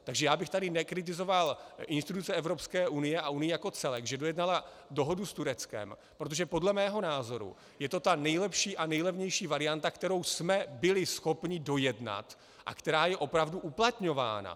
Takže já bych tady nekritizoval instituce Evropské unie a unii jako celek, že dojednala dohodu s Tureckem, protože podle mého názoru je to ta nejlepší a nejlevnější varianta, kterou jsme byli schopni dojednat a která je opravdu uplatňována.